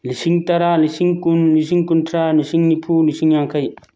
ꯂꯤꯁꯤꯡ ꯇꯔꯥ ꯂꯤꯁꯤꯡ ꯀꯨꯟ ꯂꯤꯁꯤꯡ ꯀꯨꯟꯊ꯭ꯔꯥ ꯂꯤꯁꯤꯡ ꯅꯤꯐꯨ ꯂꯤꯁꯤꯡ ꯌꯥꯡꯈꯩ